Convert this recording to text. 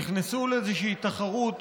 נכנסו לאיזושהי תחרות